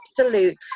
absolute